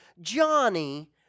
Johnny